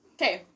Okay